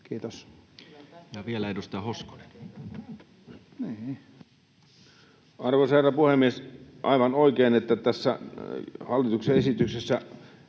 muuttamisesta Time: 16:17 Content: Arvoisa herra puhemies! Aivan oikein, että tässä hallituksen esityksessä